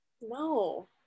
No